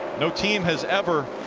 no team has ever